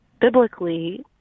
Biblically